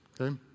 Okay